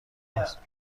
است